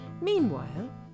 Meanwhile